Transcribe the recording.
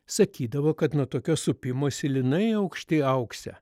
sakydavo kad nuo tokio supimosi linai aukšti augsią